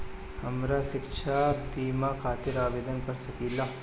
हम शिक्षा बीमा खातिर आवेदन कर सकिला?